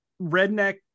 redneck